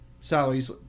salaries